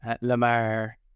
Lamar